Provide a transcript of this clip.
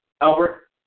Albert